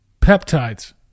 Peptides